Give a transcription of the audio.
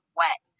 wet